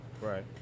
Right